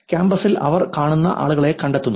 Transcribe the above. കാമ്പസിൽ അവർ കാണുന്ന ആളുകളെ കണ്ടെത്തുന്നു